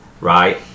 right